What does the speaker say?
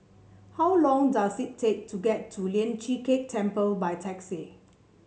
how long does it take to get to Lian Chee Kek Temple by taxi